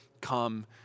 come